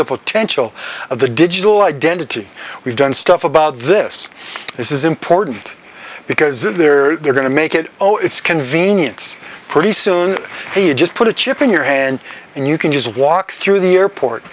the potential of the digital identity we've done stuff about this this is important because if they're going to make it oh it's convenience pretty soon you just put a chip in your hand and you can just walk through the airport